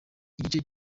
igice